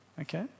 okay